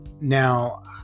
Now